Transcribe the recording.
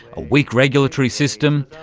a weak regulatory system,